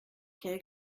quel